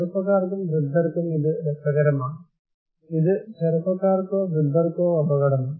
ചെറുപ്പക്കാർക്കും വൃദ്ധർക്കും ഇത് രസകരമാണ് ഇത് ചെറുപ്പക്കാർക്കോ വൃദ്ധർക്കോ അപകടമാണ്